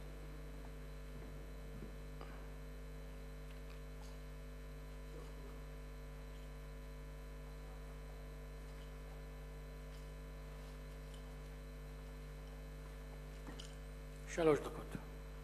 שלוש דקות.